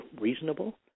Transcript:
reasonable